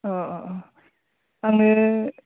अह अह अह आंनो